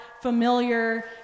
familiar